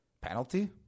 penalty